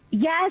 Yes